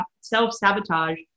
self-sabotage